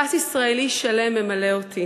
פסיפס ישראלי שלם ממלא אותי